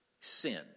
sin